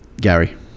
Gary